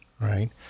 right